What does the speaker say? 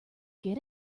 get